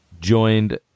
Joined